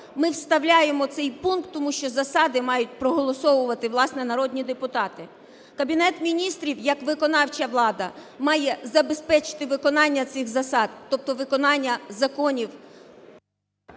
Ми вставляємо цей пункт, тому що засади мають проголосовувати, власне, народні депутати. Кабінет Міністрів як виконавча влада має забезпечити виконання цих засад, тобто виконання законів…